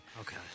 Okay